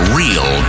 real